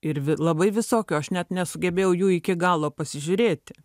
ir vi labai visokių aš net nesugebėjau jų iki galo pasižiūrėti